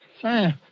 Sam